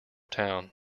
town